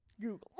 Google